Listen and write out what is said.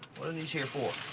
these here for?